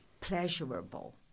pleasurable